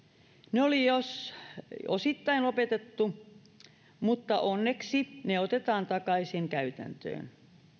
ne oli jo osittain lopetettu mutta onneksi ne otetaan takaisin käytäntöön